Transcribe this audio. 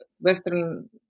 Western